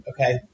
Okay